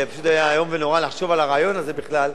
זה פשוט איום ונורא לחשוב על הרעיון הזה בכלל,